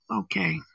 Okay